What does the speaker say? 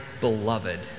beloved